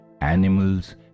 animals